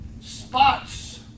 Spots